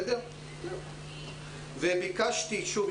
שוב,